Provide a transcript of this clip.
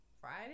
Friday